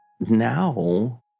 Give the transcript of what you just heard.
now